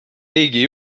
riigi